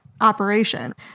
operation